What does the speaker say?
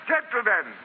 Gentlemen